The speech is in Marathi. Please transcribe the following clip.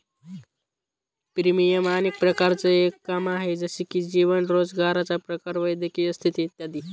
प्रीमियम अनेक प्रकारांचं एक काम आहे, जसे की जीवन, रोजगाराचा प्रकार, वैद्यकीय स्थिती इत्यादी